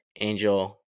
Angel